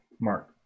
mark